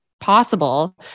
Possible